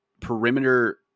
perimeter